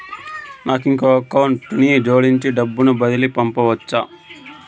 నాకు ఇంకొక అకౌంట్ ని జోడించి డబ్బును బదిలీ పంపొచ్చా?